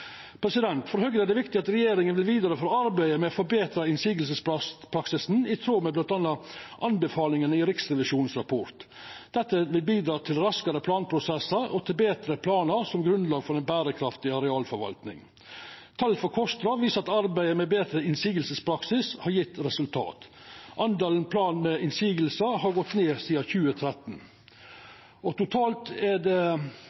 For Høgre er det viktig at regjeringa vil vidareføra arbeidet med å forbetra motsegnspraksisen, i tråd med bl.a. anbefalingane i Riksrevisjonens rapport. Dette vil bidra til raskare planprosessar og til betre planar som grunnlag for ei berekraftig arealforvalting. Tal frå KOSTRA viser at arbeidet med betre motsegnspraksis har gjeve resultat. Talet på planar møtte med motsegn har gått ned sidan 2013, og totalt er det